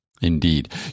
Indeed